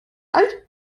alt